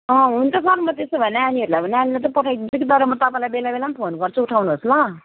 अँ हुन्छ सर म त्यसो भए नानीहरूलाई अब नानीलाई चाहिँ पठाइदिन्छु कि तर म तपाईँलाई बेला बेलामा फोन गर्छु उठाउनुहोस् ल